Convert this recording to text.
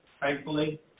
thankfully